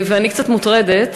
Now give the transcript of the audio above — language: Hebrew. ואני קצת מוטרדת,